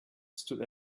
stood